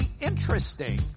interesting